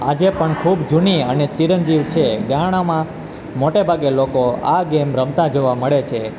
આજે પણ ખૂબ જૂની અને ચિરંજીવ છે ગામડામાં મોટે ભાગે લોકો આ ગેમ રમતા જોવા મળે છે